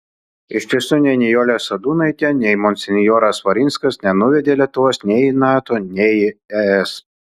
iš tiesų nei nijolė sadūnaitė nei monsinjoras svarinskas nenuvedė lietuvos nei į nato nei į es